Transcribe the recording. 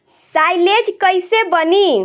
Silage कईसे बनी?